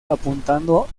apuntando